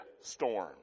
storm